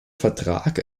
vertrag